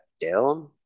down